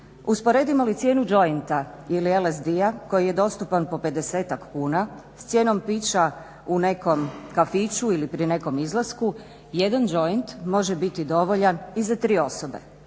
Usporedimo li cijenu jointa ili LSD-a koji je dostupan po 50-ak kuna s cijenom pića u nekom kafiću ili pri nekom izlasku, jedan joint može biti dovoljan i za tri osobe,